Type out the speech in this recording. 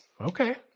Okay